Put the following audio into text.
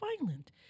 violent